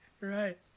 Right